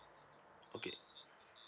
okay